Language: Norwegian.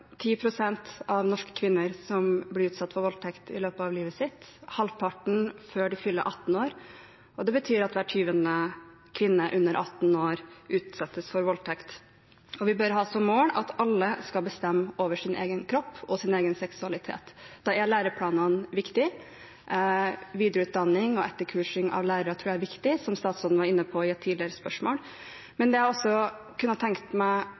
av norske kvinner blir utsatt for voldtekt i løpet av livet – halvparten før de fyller 18 år. Det betyr at hver tjuende kvinne under 18 år utsettes for voldtekt. Vi bør ha som mål at alle skal bestemme over egen kropp og egen seksualitet. Da er læreplanene viktige, og jeg tror videreutdanning og etterkursing av lærere er viktig, som statsråden var inne på i et tidligere spørsmål.